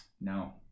No